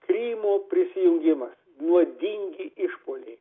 krymo prisijungimas nuodingi išpuoliai